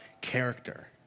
character